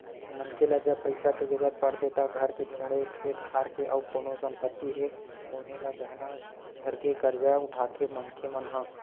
मनखे ल जब पइसा के जरुरत पड़थे त घर के छोड़े खेत खार के अउ कोनो संपत्ति हे तउनो ल गहना धरके करजा उठाथे मनखे मन ह